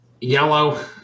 Yellow